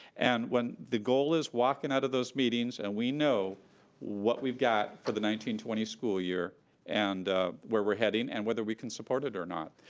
and the goals is walking out of those meetings and we know what we've got for the nineteen twenty school year and where we're heading and whether we can support it or not.